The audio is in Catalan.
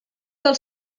del